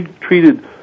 treated